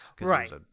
Right